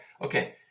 Okay